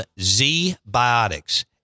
Z-Biotics